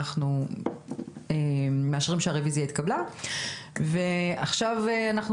הצבעה אושר אנחנו מאשרים שהרוויזיה התקבלה ועכשיו אנחנו